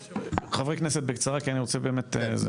חברי כנסת, בקצרה, כי אני רוצה באמת להתקדם.